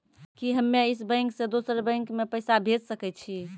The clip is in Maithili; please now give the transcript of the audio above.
कि हम्मे इस बैंक सें दोसर बैंक मे पैसा भेज सकै छी?